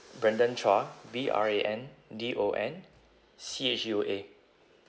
brandon chua B R A N D O N C H U A